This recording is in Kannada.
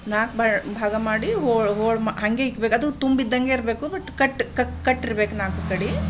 ನಾಲ್ಕು ಭಾಗ ಭಾಗ ಮಾಡಿ ಹೋಳು ಹೋಳು ಹಾಗೆ ಇಕ್ಬೇಕದು ತುಂಬಿದ್ದಂಗೆ ಇರಬೇಕು ಬಟ್ ಕಟ್ ಕಟ್ಟಿರಬೇಕು ನಾಲ್ಕು ಕಡೆ